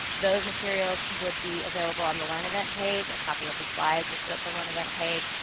those materials would be available on the learn event page, a copy of the slides is at the learn event page.